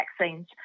vaccines